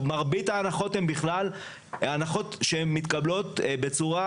צריך לומר שמרבית ההנחות הן בכלל הנחות שמתקבלות בצורה